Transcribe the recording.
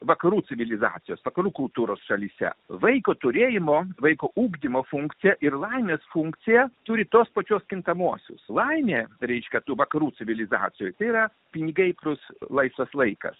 vakarų civilizacijos vakarų kultūros šalyse vaiko turėjimo vaiko ugdymo funkcija ir laimės funkcija turi tuos pačius kintamuosius laimė reikš kad vakarų civilizacijoje yra pinigai bus laisvas laikas